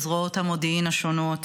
לזרועות המודיעין השונות,